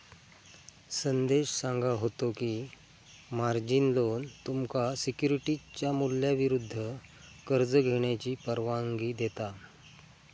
संदेश सांगा होतो की, मार्जिन लोन तुमका सिक्युरिटीजच्या मूल्याविरुद्ध कर्ज घेण्याची परवानगी देता